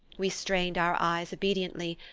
we strained our eyes obediently,